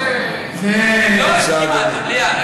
זה ליד.